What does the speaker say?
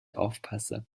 aufpasse